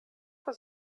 was